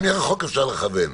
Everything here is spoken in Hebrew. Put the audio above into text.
גם מרחוק אפשר לכוון.